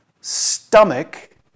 stomach